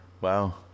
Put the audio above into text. Wow